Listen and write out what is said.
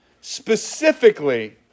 Specifically